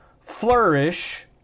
flourish